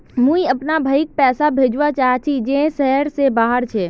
मुई अपना भाईक पैसा भेजवा चहची जहें शहर से बहार छे